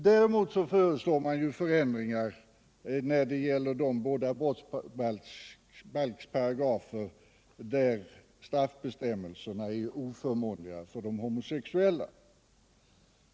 Däremot föreslås förändringar när det gäller de båda brottsbalksparagrafer där straffbestämmelserna är oförmånliga för de homosexuella.